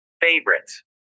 Favorites